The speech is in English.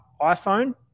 iPhone